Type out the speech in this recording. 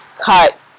cut